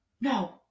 No